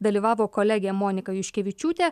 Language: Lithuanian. dalyvavo kolegė monika juškevičiūtė